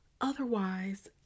Otherwise